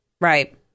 right